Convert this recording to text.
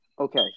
Okay